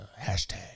Hashtag